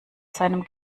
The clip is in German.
seinem